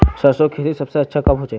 सरसों खेती सबसे अच्छा कब होचे?